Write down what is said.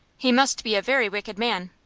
he must be a very wicked man.